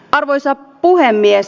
arvoisa puhemies